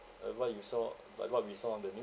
like what you saw like what we saw on the news